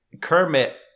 Kermit